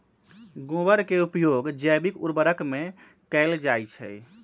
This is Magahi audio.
गोबर के उपयोग जैविक उर्वरक में कैएल जाई छई